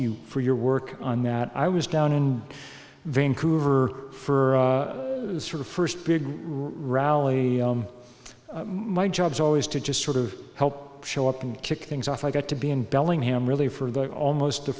you for your work on that i was down in vancouver for the sort of first big rally my job is always to just sort of help show up and kick things off i got to be in bellingham really for almost the